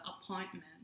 appointment